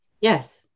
Yes